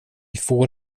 får